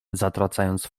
zatracając